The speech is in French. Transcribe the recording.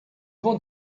vend